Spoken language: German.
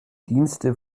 dienste